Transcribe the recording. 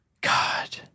God